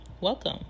welcome